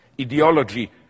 ideology